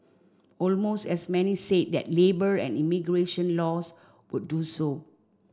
almost as many said that labour and immigration laws would do so